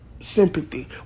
sympathy